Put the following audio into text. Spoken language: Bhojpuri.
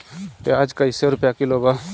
प्याज कइसे रुपया किलो बा?